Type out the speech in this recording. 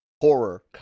horror